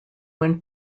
when